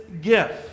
gift